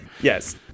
Yes